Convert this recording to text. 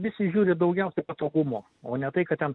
visi žiūri daugiau patogumo o ne tai kad ten